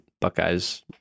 Buckeyes